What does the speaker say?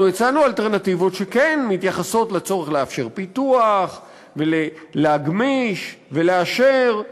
אנחנו הצענו אלטרנטיבות שכן מתייחסות לצורך לאפשר פיתוח ולהגמיש ולאשר,